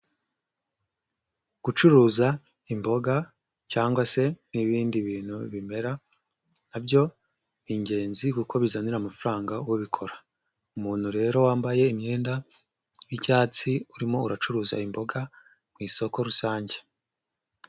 Gucuruza imboga cyangwa se n'ibindi bintu bimera, nabyo ni ingenzi kuko bizanira amafaranga ubikora, umuntu rero wambaye imyenda y'icyatsi, urimo uracuruza imboga mu isoko rusange.